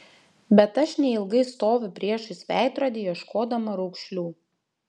bet aš neilgai stoviu priešais veidrodį ieškodama raukšlių